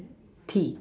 Tea